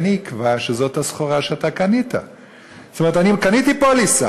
זה כמו שאני בא לחנות ואני אומר: אני רוצה x,